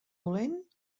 dolent